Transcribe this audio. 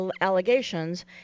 allegations